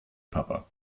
papa